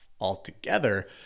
altogether